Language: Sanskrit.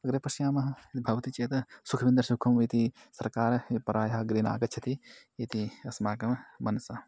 अग्रे पश्यामः यदि भवति चेत् सुखविन्दर् सुखुम् इति सर्कारः ये प्रायः अग्रे नागच्छति इति अस्माकं मनसि